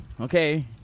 okay